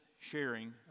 sharing